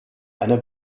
eine